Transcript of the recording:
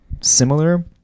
similar